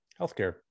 Healthcare